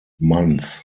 month